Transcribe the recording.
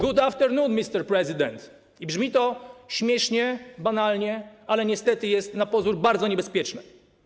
Good afternoon, mister president - brzmi to śmiesznie, banalnie, ale niestety jest na pozór bardzo niebezpieczne.